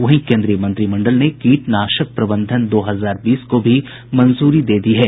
वहीं केन्द्रीय मंत्रिमंडल ने कीटनाशक प्रबंधन दो हजार बीस को भी मंजूरी दी है